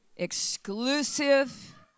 Exclusive